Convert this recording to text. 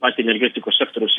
patį energetikos sektoriaus